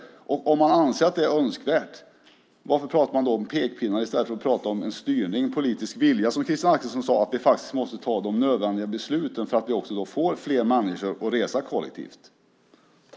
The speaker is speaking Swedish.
Om man anser att det är önskvärt, varför pratar man då om pekpinnar i stället för att prata om styrning och en politisk vilja, som Christina Axelsson sade? Vi måste faktiskt ta de nödvändiga besluten för att vi också ska få fler människor att resa kollektivt.